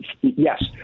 yes